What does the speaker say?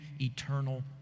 eternal